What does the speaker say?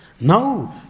No